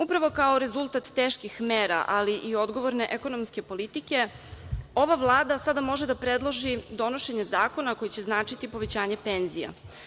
Upravo kao rezultat teških mera, ali i odgovorne ekonomske politike ova Vlada sada može da predloži donošenje zakona koji će značiti povećanje penzija.